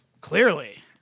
Clearly